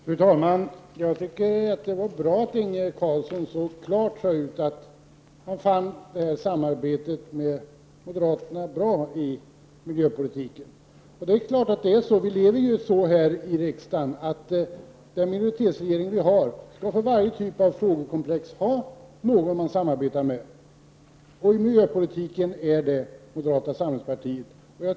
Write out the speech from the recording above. Fru talman! Jag tycker egentligen att det var bra att Inge Carlsson så klart uttalade att han tyckte att samarbetet med moderaterna inom miljöpolitiken var gott. Det är naturligtvis så. Den minoritetsregering vi har måste för varje typ av frågekomplex ha något parti som man sammarbetar med här i riksdagen, och inom miljöpolitiken är det moderata samlingspartiet.